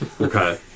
Okay